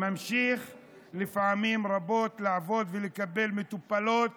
ממשיך פעמים רבות לעבוד ולקבל מטופלות